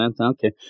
Okay